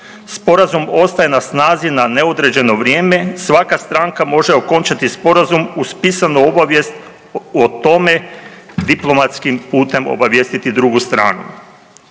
Sporazum ostaje na snazi na neodređeno vrijeme, svaka stranka može okončati Sporazum uz pisanu obavijest o tome diplomatskim putem obavijestiti drugu stranu.